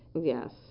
Yes